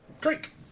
Drink